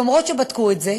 למרות שבדקו את זה,